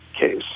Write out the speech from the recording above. case